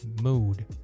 mood